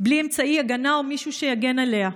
בלי אמצעי הגנה או מישהו שיגן עליה.